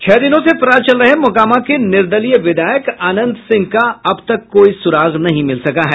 छह दिनों से फरार चल रहे मोकामा के निर्दलीय विधायक अनंत सिंह का अब तक कोई सुराग नहीं मिल सका है